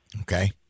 Okay